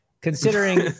considering